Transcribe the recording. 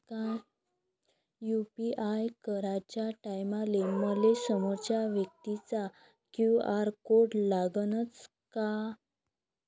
UPI कराच्या टायमाले मले समोरच्या व्यक्तीचा क्यू.आर कोड लागनच का?